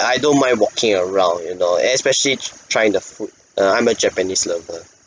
I don't mind walking around you know and especially tr~ trying the food err I'm a japanese lover